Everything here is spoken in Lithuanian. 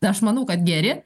aš manau kad geri